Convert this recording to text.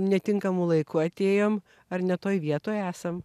netinkamu laiku atėjom ar ne toj vietoj esam